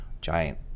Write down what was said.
giant